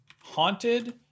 haunted